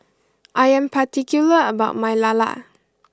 I am particular about my Lala